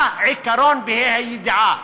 העיקרון בה"א הידיעה,